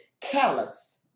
callous